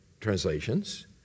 translations